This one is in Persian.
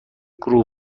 گروه